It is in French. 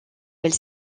elle